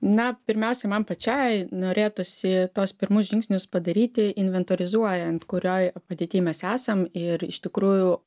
na pirmiausiai man pačiai norėtųsi tuos pirmus žingsnius padaryti inventorizuojant kurioj padėty mes esam ir iš tikrųjų